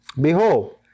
Behold